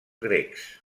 grecs